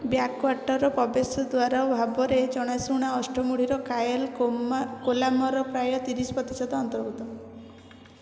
ବ୍ୟାକ୍ୱାଟର୍ର ପ୍ରବେଶ ଦ୍ୱାର ଭାବରେ ଜଣାଶୁଣା ଅଷ୍ଟମୁଡ଼ିର କାୟଲ୍ କୋଲାମ୍ର ପ୍ରାୟ ତିରିଶି ପ୍ରତିଶତ ଅନ୍ତର୍ଭୁକ୍ତ